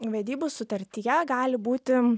vedybų sutartyje gali būti